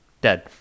dead